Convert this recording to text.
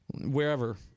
wherever